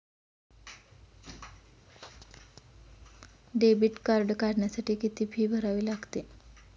Debit card काढण्यासाठी किती fee भरावी लागते?